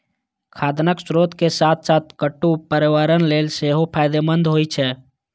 खाद्यान्नक स्रोत के साथ साथ कट्टू पर्यावरण लेल सेहो फायदेमंद होइ छै